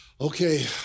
okay